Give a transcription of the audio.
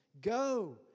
Go